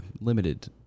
limited